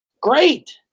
great